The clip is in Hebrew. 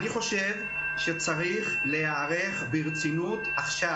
אני חושב שצריך להיערך ברצינות, עכשיו